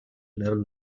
eleven